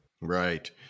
Right